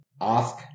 ask